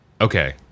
Okay